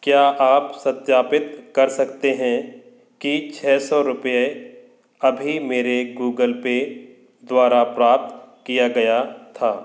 क्या आप सत्यापित कर सकते हैं कि छः सौ रुपये अभी मेरे गूगल पे द्वारा प्राप्त किया गया था